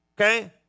okay